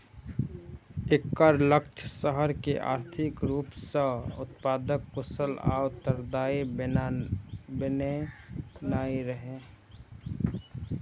एकर लक्ष्य शहर कें आर्थिक रूप सं उत्पादक, कुशल आ उत्तरदायी बनेनाइ रहै